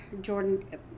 Jordan